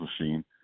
Machine